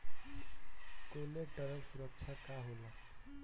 Collateral सुरक्षा का होला?